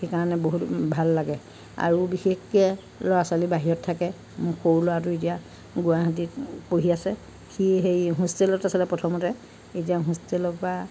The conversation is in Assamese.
সেইকাৰণে বহুত ভাল লাগে আৰু বিশেষকৈ ল'ৰা ছোৱালী বাহিৰত থাকে সৰু ল'ৰাটো এতিয়া গুৱাহাটীত পঢ়ি আছে সি সেই হোষ্টেলত আছিলে প্ৰথমতে এতিয়া হোষ্টেলৰ পৰা